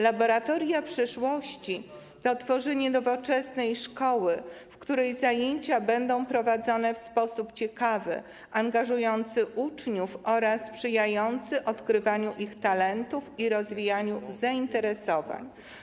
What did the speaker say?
Laboratoria Przyszłości to tworzenie nowoczesnej szkoły, w której zajęcia będą prowadzone w sposób ciekawy, angażujący uczniów oraz sprzyjający odkrywaniu ich talentów i rozwijaniu zainteresowań.